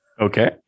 Okay